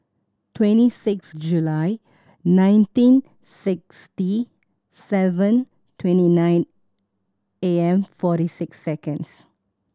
twenty six July nineteen sixty seven twenty nine A M forty six seconds